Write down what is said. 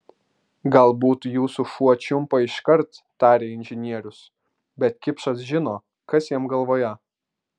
galbūt jūsų šuo čiumpa iškart tarė inžinierius bet kipšas žino kas jam galvoje